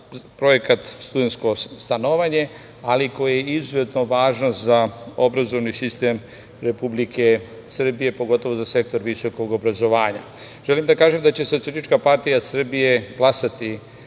projekat studentsko stanovanje, ali koje je izuzetno važno za obrazovni sistem Republike Srbije, pogotovo za sektor visokog obrazovanja. Želim da kažem da će Socijalistička partija Srbije glasati